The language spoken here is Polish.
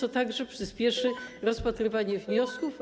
To także przyspieszy rozpatrywanie wniosków.